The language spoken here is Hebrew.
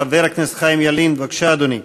חבר הכנסת חיים ילין, בבקשה, אדוני,